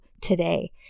today